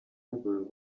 will